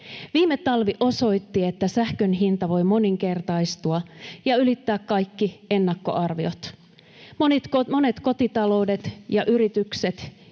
Viime talvi osoitti, että sähkön hinta voi moninkertaistua ja ylittää kaikki ennakkoarviot. Monet kotitaloudet ja yritykset